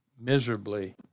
miserably